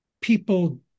people